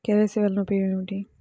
KYC వలన ఉపయోగం ఏమిటీ?